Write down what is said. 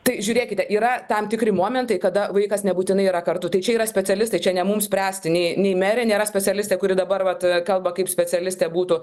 tai žiūrėkite yra tam tikri momentai kada vaikas nebūtinai yra kartu tai čia yra specialistai čia ne mums spręsti nei nei merė nėra specialistė kuri dabar vat kalba kaip specialistė būtų